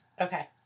Okay